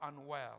unwell